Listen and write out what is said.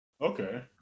okay